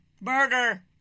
Murder